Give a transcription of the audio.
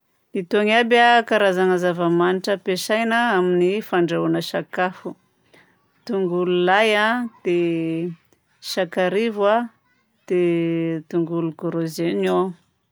Itony aby a karazagna zavamagnitra ampiasaigna amin'ny fandrahoagna sakafo: tongolo lay a, dia sakarivo a, dia tongolo gros oignons.